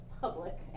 public